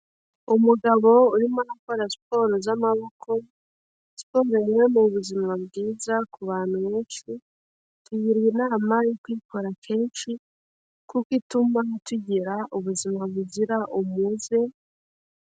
Umugabo urimo arakora siporo z'amaboko, siporo rero ni ubuzima bwiza ku bantu benshi, tugirwe inama yo kuyikora kenshi kuko ituma tugira ubuzima buzira umuze.